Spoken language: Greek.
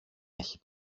έχει